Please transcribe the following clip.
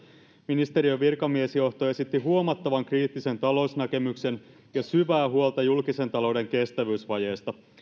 ministeriön virkamiesjohto esitti huomattavan kriittisen talousnäkemyksen ja syvää huolta julkisen talouden kestävyysvajeesta